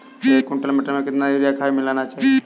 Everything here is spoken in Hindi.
एक कुंटल मटर में कितना यूरिया खाद मिलाना चाहिए?